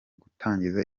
gutangiza